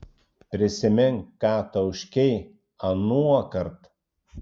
prisimink ką tauškei anuokart